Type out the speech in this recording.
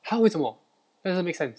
!huh! 为什么 doesn't make sense